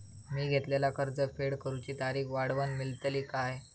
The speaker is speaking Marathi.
मी घेतलाला कर्ज फेड करूची तारिक वाढवन मेलतली काय?